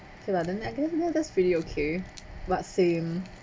okay lah then I guess ya that's pretty okay but same